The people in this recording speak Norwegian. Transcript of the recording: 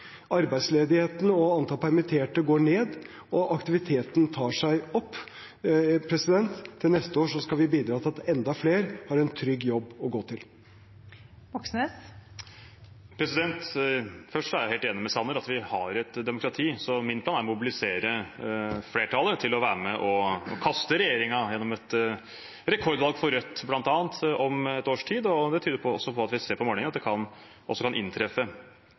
Arbeidsledigheten og antall permitterte går ned, og aktiviteten tar seg opp. Til neste år skal vi bidra til at enda flere har en trygg jobb å gå til. Først er jeg helt enig med statsråd Sanner i at vi har et demokrati. Min plan er å mobilisere flertallet til å være med på å kaste regjeringen gjennom et rekordvalg for bl.a. Rødt om et års tid. Når vi ser på målingene, tyder de også på at det kan inntreffe. Det vi savner i budsjettet, er i hvert fall to ting. Det